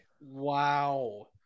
Wow